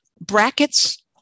Brackets